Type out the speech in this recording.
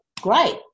great